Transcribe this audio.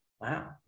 Wow